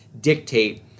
dictate